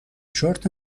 شرت